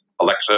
Alexa